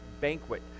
banquet